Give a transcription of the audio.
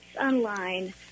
online